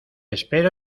espero